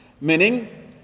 Meaning